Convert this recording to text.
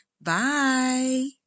Bye